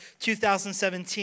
2017